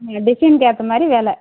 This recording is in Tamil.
இங்கே டிசைனுக்கு ஏற்ற மாதிரி வில